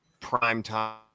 primetime